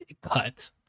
Cut